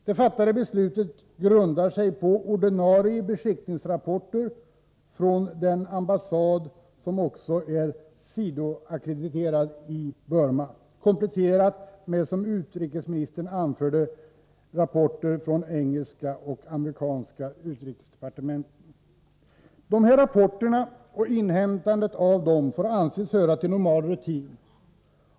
Det fattade beslutet grundar sig på ordinarie beskickningsrapporter från den ambassadör som är sidoackrediterad i Burma, kompletterade med, som utrikesministern anfört, rapporter från de engelska och amerikanska utrikesdepartementen. De här rapporterna och inhämtandet av dem får anses höra till normal rutin.